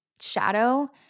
shadow